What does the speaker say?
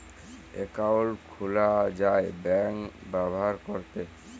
account খুলা যায় bank ব্যাভার ক্যরতে